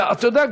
ואתה יודע,